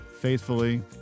faithfully